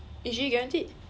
is she guaranteed